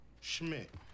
Schmidt